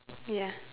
ya